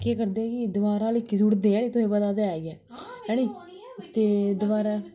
केह् करदे कि दवारा लीकी सुटदे है नी तुहें पता ते ऐ गै ऐ है नी ते दवारा